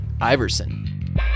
Iverson